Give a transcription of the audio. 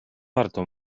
warto